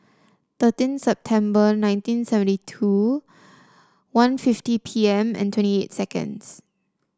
thirteen September nineteen seventy two one fifty P M and twenty eight seconds